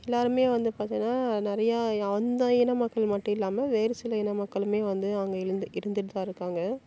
எல்லாருமே வந்து பார்த்தீனா நிறையா அந்த இன மக்கள் மட்டும் இல்லாமல் வேறு சில இன மக்களுமே வந்து அங்கே இலுந் இருந்துகிட்டுதான் இருக்காங்க